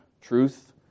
truth